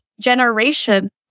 generation